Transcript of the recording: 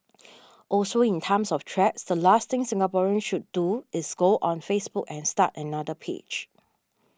also in times of threats the last thing Singaporeans should do is go on Facebook and start another page